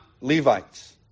Levites